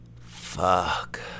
Fuck